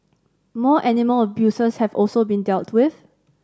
more animal abusers have also been dealt with